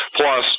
Plus